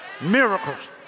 miracles